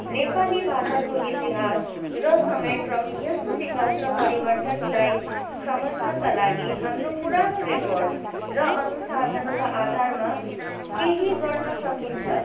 नेपाली भाषाको इतिहास र समयक्रम यसको विकास र परिवर्तनलाई सम्झनका लागि हाम्रो पुरानो रेकर्ड्स र अनुसाधनका आधारमा केही गर्नसकिन्छ